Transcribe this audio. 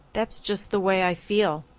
that's just the way i feel.